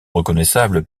reconnaissables